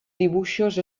dibuixos